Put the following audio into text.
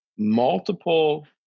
multiple